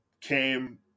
came